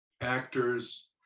actors